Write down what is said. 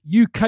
UK